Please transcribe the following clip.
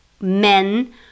men